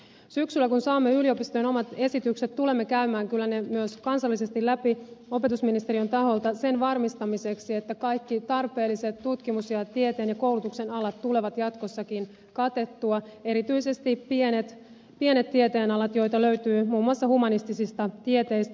syksyllä kun saamme yliopistojen omat esitykset tulemme käymään kyllä ne myös kansallisesti läpi opetusministeriön taholta sen varmistamiseksi että kaikki tarpeelliset tutkimuksen tieteen ja koulutuksen alat tulee jatkossakin katettua erityisesti pienet tieteenalat joita löytyy muun muassa humanistisista tieteistä